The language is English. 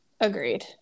Agreed